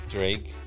Drake